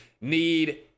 need